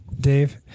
Dave